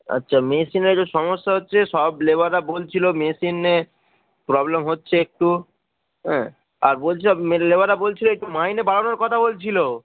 আচ্ছা মেশিনের একটু সমস্যা হচ্ছে সব লেবারটা বলছিলো মেশিনে প্রবলেম হচ্ছে একটু হ্যাঁ আর বলছিল লেবারারটা বলছিলো একটু মাইনে বাড়ানোর কথা বলছিলো